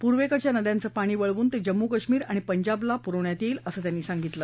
पूर्वेकडच्या नद्यांचं पाणी वळवून ते जम्मू काश्मीर आणि पंजाबला पाणी पुरवण्यात येईल असं त्यांनी सांगितलं